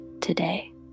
today